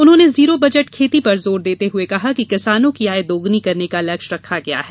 उन्होंने zero budget खेती पर जोर देते हुए कहा कि किसानों की आय दोगुनी करने का लक्ष्य रखा गया है